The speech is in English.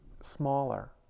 smaller